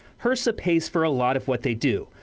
hrsa pays for a lot of what they do,